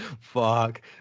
fuck